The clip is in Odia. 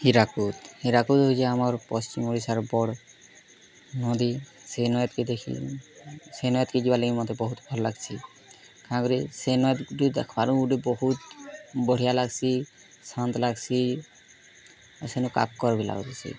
ହୀରାକୁଦ୍ ହୀରାକୁଦ୍ ହଉଛେ ଆମର୍ ପଶ୍ଚିମ୍ ଓଡ଼ିଶାର୍ ବଡ଼୍ ନଦୀ ସେ ନଦୀକୁ ଦେଖି ସେ ନଏଦ୍କେ ଗଲେ ହିଁ ମୋତେ ବହୁତ୍ ଭଲ୍ ଲାଗ୍ସି କାଁ କରି ସେ ନଏଦ୍କେ ଦେଖ୍ବାରୁ ଗୁଟେ ବହୁତ୍ ବଢ଼ିଆ ଲାଗ୍ସି ଶାନ୍ତ୍ ଲାଗ୍ସି ଆଉ ସେନୁ କାକର୍ ବି ଲାଗୁଥିସି